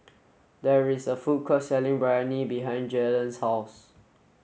there is a food court selling Biryani behind Jalen's house